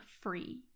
free